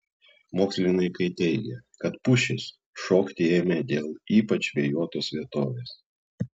mokslininkai teigia kad pušys šokti ėmė dėl ypač vėjuotos vietovės